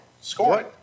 Score